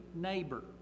neighbor